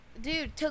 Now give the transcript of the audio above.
Dude